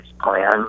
plan